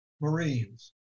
Marines